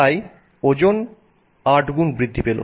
তাই ওজন 8 গুণ বৃদ্ধি পেল